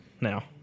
now